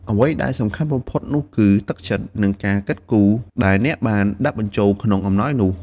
អ្វីដែលសំខាន់បំផុតនោះគឺ ទឹកចិត្ត និងការគិតគូរ ដែលអ្នកបានដាក់បញ្ចូលក្នុងអំណោយនោះ។